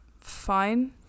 fine